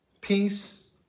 peace